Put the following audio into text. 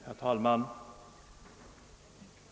Herr talman!